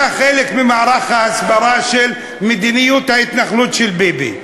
אתה חלק ממסע ההסברה של מדיניות ההתנחלות של ביבי.